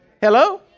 Hello